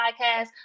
podcast